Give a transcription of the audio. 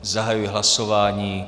Zahajuji hlasování.